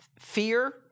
Fear